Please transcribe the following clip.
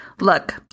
Look